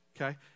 Okay